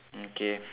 okay